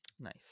nice